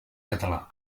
català